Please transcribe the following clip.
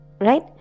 Right